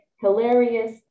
hilarious